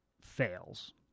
fails